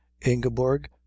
ingeborg